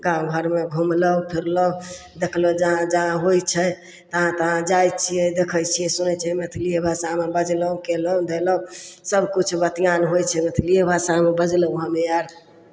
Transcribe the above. गाँव घरमे घुमलहुँ फिरलहुँ देखलहुँ जहाँ जहाँ होइ छै तहाँ तहाँ जाइ छियै देखै छियै सुनै छियै मैथिलिए भाषामे बजलहुँ कयलहुँ धयलहुँ सभकिछु बतियान होइ छै मैथिलिए भाषामे बजलहुँ हमे आर